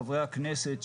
חברי הכנסת,